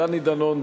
דני דנון,